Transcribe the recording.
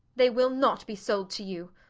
they will not be sold to you.